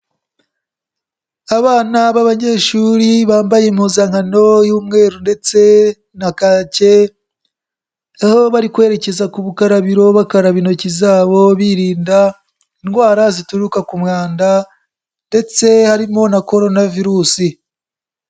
Abana b'abanyeshuri bambaye impuzankano y'umweru ndetse na kake, aho bari kwerekeza ku bukarabiro bakaraba intoki zabo birinda indwara zituruka ku mwanda ndetse harimo na korona virusi.